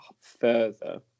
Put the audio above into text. further